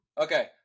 Okay